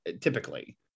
typically